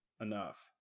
enough